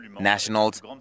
nationals